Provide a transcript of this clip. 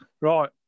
Right